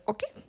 Okay